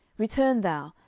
return thou,